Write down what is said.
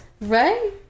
Right